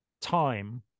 time